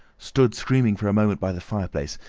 stood screaming for a moment by the fireplace,